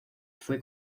fue